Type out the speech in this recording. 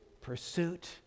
pursuit